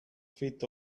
feet